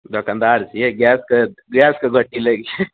दोकानदार छियै गैसके गैसके गोटी लैके